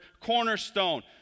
cornerstone